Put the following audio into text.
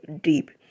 deep